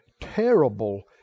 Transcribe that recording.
terrible